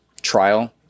trial